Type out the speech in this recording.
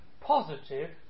positive